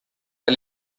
del